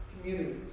communities